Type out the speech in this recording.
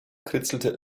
kritzelte